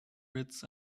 wits